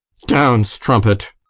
down, strumpet!